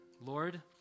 Lord